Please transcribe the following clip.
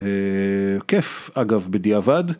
כיף אגב בדיעבד